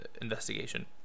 investigation